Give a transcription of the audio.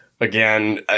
again